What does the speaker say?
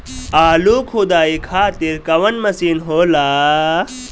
आलू खुदाई खातिर कवन मशीन होला?